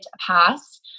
pass